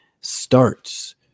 starts